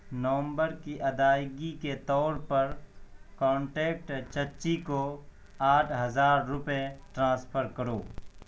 نومبر کی ادائیگی کے طور پر کانٹیکٹ چچی کو آٹھ ہزار روپئے ٹرانسفر کرو